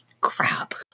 crap